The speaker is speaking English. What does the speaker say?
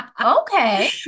okay